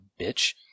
bitch